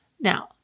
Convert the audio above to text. Now